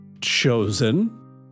chosen